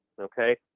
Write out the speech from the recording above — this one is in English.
okay